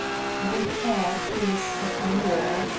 beaucaire came a step nearer.